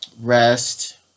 rest